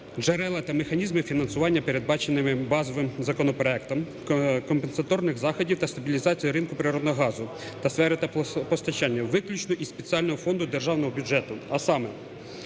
джерела та механізми фінансування передбачених базовим законопроектом компенсаторних заходів та стабілізації ринку природного газу та сфери теплопостачання виключно із Спеціального фонду державного бюджету, а саме: